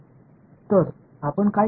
मग आपण काय केले